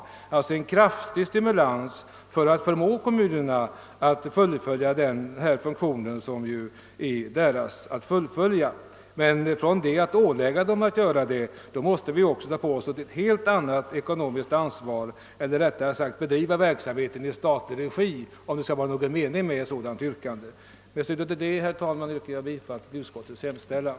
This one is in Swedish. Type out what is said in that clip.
Det förekommer alltså en kraftig stimulans för att förmå kommunerna att fullfölja den uppgift som är deras. Men skall vi ålägga kommunerna ett fixerat program, måste nog verksamheten övertagas av staten. Annars är det inte någon mening med ett sådant yrkande om utbyggnad av verksamheten som fru Ryding har ställt. Herr talman! Med hänvisning till det sagda ber jag att få yrka bifall till utskottets hemställan.